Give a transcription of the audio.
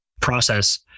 process